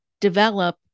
develop